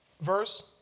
verse